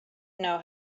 know